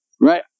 Right